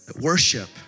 Worship